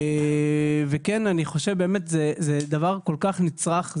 אני חושב שזה דבר כל כך נצרך.